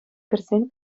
кӗрсен